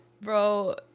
Bro